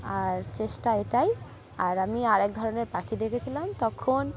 আর চেষ্টা এটাই আর আমি আরে এক ধরনের পাখি দেখেছিলাম তখন